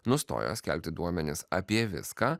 nustojo skelbti duomenis apie viską